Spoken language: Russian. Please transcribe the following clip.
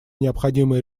необходимые